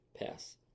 Pass